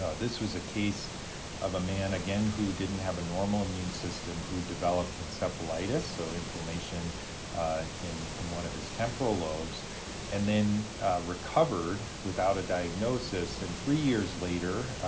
ah this was a case of a man, again who didn't have a normal immune system who developed encephalitis, so inflammation in in one of his temporal lobes and then recovered without a diagnosis and three years later,